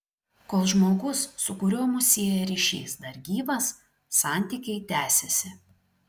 kol žmogus su kuriuo mus sieja ryšys dar gyvas santykiai tęsiasi